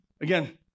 Again